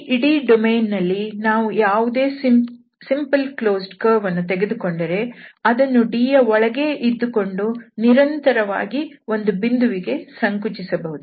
ಈ ಇಡೀ ಡೊಮೇನ್ ನಲ್ಲಿ ನಾವು ಯಾವುದೇ ಸಿಂಪಲ್ ಕ್ಲೋಸ್ಡ್ ಕರ್ವ್ಅನ್ನು ತೆಗೆದುಕೊಂಡರೆ ಅದನ್ನು Dಯ ಒಳಗೇ ಇದ್ದುಕೊಂಡು ನಿರಂತರವಾಗಿ ಒಂದು ಬಿಂದುವಿಗೆ ಸಂಕುಚಿಸಬಹುದು